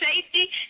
safety